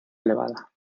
elevada